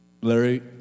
Larry